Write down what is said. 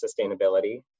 sustainability